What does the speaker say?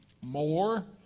more